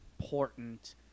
important